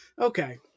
okay